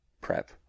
prep